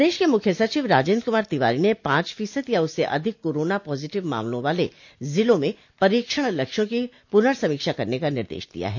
प्रदेश के मुख्य सचिव राजेन्द्र कुमार तिवारी ने पांच फीसद या उससे अधिक कोरोना पॉज़िटिव मामलों वाले ज़िलों में परीक्षण लक्ष्यों की पुर्नसमीक्षा करने का निर्देश दिया है